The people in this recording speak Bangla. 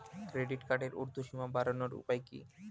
ক্রেডিট কার্ডের উর্ধ্বসীমা বাড়ানোর উপায় কি?